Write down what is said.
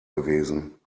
gewesen